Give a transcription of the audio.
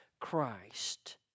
Christ